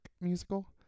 musical